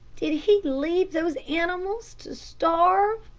did he leave those animals to starve?